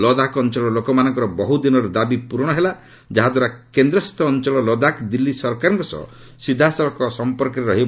ଲଦାଖ ଅଞ୍ଚଳର ଲୋକମାନଙ୍କର ବହୁଦିନର ଦାବି ପ୍ରରଣ ହେଲା ଯାହାଦ୍ୱାରା କେନ୍ଦ୍ରଶାସିତ ଅଞ୍ଚଳ ଲଦାଖ ଦିଲ୍ଲୀ ସରକାରଙ୍କ ସହ ସିଧାସଳଖ ସମ୍ପର୍କରେ ରହିବ